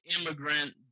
immigrant